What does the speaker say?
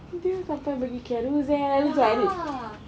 do you have some time pergi Carousell cari